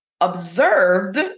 observed